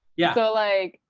yeah. so like,